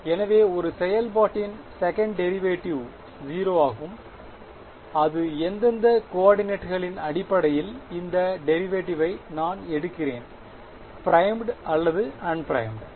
எனவே ஒரு செயல்பாட்டின் செகன்ட் டெரிவேடிவ் 0 ஆகும் இது எந்தெந்த கோஆர்டினேட் கலின் அடிப்படையில் இந்த டெரிவேட்டிவ்வை நான் எடுக்கிறேன் பிறைமுட் அல்லது அன்பிறைமுட் unprimed